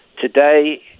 Today